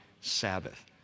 Sabbath